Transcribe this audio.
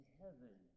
heaven